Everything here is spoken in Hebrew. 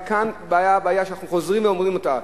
כאן הבעיה שאנחנו חוזרים ואומרים אותה,